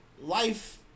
Life